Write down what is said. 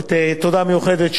תודה מיוחדת,